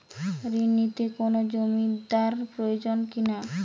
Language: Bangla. ঋণ নিতে কোনো জমিন্দার প্রয়োজন কি না?